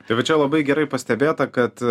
tai va čia labai gerai pastebėta kad